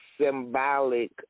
symbolic